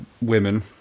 women